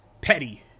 petty